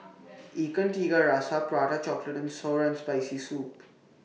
Ikan Tiga Rasa Prata Chocolate and Sour and Spicy Soup